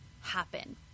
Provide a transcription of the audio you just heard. happen